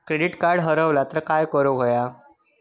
Credit card हरवला तर काय करुक होया?